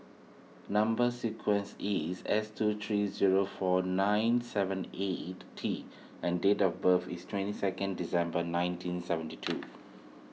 Number Sequence is S two three zero four nine seven eight T and date of birth is twenty second December nineteen seventy two